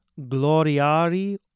gloriari